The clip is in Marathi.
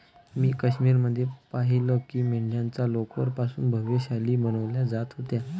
मी काश्मीर मध्ये पाहिलं की मेंढ्यांच्या लोकर पासून भव्य शाली बनवल्या जात होत्या